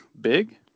big